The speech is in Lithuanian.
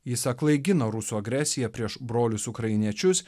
jis aklai gina rusų agresiją prieš brolius ukrainiečius